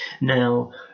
Now